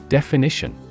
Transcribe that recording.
Definition